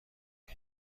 این